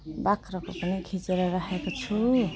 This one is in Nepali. बाख्राको पनि खिचेर राखेको छु